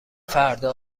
فردا